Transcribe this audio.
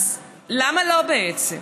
למה לא, בעצם?